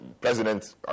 president